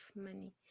money